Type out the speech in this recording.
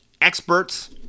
experts